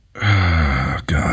God